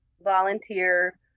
volunteer